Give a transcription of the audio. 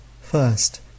first